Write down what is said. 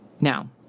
Now